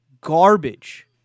garbage